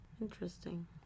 interesting